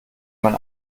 man